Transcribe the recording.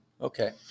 Okay